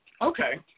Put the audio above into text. Okay